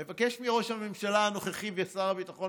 אני מבקש מראש הממשלה הנוכחי ושר הביטחון